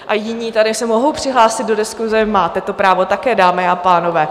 A jiní tady se mohou přihlásit do diskuse, máte to právo také, dámy a pánové.